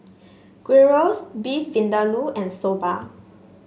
Gyros Beef Vindaloo and Soba